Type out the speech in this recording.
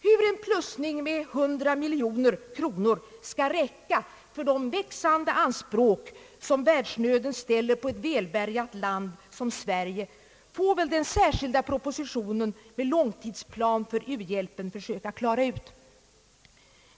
Hur en plussning med 100 miljoner kronor skall räcka för de växande anspråk som världsnöden ställer på ett välbärgat land som Sverige får väl den särskilda propositionen med långtidsplan för u-hjälpen försöka klara ut.